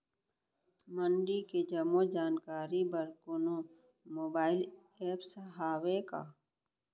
मंडी के जम्मो जानकारी बर कोनो मोबाइल ऐप्प हवय का?